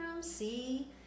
See